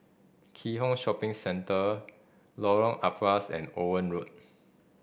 Keat Hong Shopping Centre Lorong Ampas and Owen Road